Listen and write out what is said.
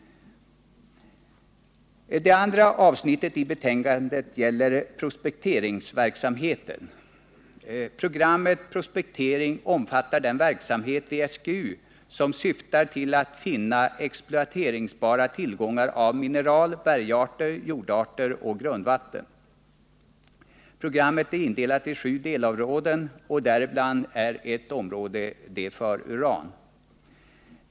Det andra avsnittet i betänkandet gäller prospekteringsverksamheten. Programmet Prospektering omfattar den verksamhet vid SGU som syftar till att finna exploateringsbara tillgångar av mineral, bergarter, jordarter och grundvatten. Programmet är indelat i sju delområden, däribland området för uran.